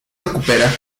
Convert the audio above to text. recupera